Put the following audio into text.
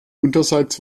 unterseits